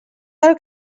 del